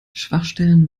schwachstellen